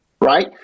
right